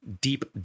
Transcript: Deep